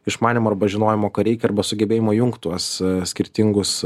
išmanymo arba žinojimo ko reik arba sugebėjimo jungt tuos skirtingus